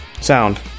sound